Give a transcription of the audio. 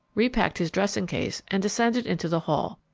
repacked his dressing-case, and descended into the hall.